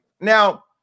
Now